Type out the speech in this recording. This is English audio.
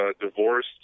divorced